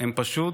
פשוט